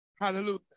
Hallelujah